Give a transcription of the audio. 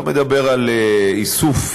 אתה מדבר על איסוף,